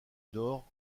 nord